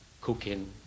cooking